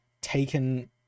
taken